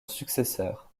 successeur